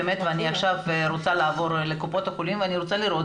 ואני רוצה עכשיו לעבור לקופות החולים ואני רוצה לראות